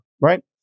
right